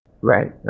Right